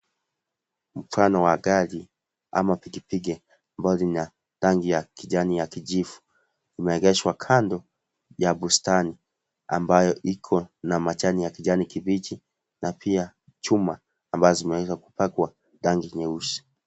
Mfano wa gari ama pikipiki ambazo zina rangi ya kijani ya kijifu. Imeegeshwa kando ya bustani, ambayo iko na majani ya kijani kibichi na pia chuma ambazo zimeweza kupakwa rangi nyeusi.